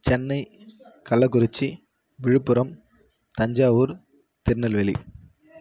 Chennai Kallakurichi Viluppuram Thanjavur Tirunelveli